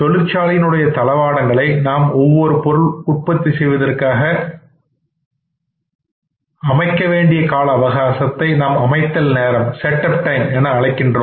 தொழிற்சாலையின் தளவாடங்களை நாம் ஒரு பொருள் செய்வதற்காக அமைக்க வேண்டிய கால அவகாசத்தை நாம் அமைத்தல் நேரம் என அழைக்கின்றோம்